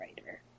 writer